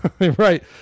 Right